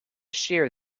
shear